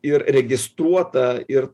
ir registruota ir